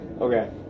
Okay